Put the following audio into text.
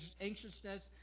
anxiousness